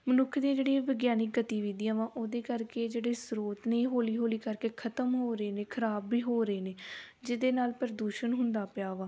ਮਨੁੱਖ ਦੀਆਂ ਜਿਹੜੀਆਂ ਵਿਗਿਆਨਿਕ ਗਤੀਵਿਧੀਆਂ ਵਾਂ ਉਹਦੇ ਕਰਕੇ ਜਿਹੜੇ ਸਰੋਤ ਨੇ ਹੌਲੀ ਹੌਲੀ ਕਰਕੇ ਖ਼ਤਮ ਹੋ ਰਹੇ ਨੇ ਖ਼ਰਾਬ ਵੀ ਹੋ ਰਹੇ ਨੇ ਜਿਹਦੇ ਨਾਲ ਪ੍ਰਦੂਸ਼ਣ ਹੁੰਦਾ ਪਿਆ ਵਾ